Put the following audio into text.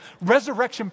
resurrection